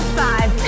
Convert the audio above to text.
five